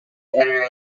editor